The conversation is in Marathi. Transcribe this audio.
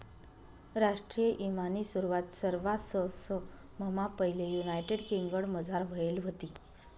राष्ट्रीय ईमानी सुरवात सरवाससममा पैले युनायटेड किंगडमझार व्हयेल व्हती